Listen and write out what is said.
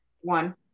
one